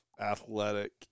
athletic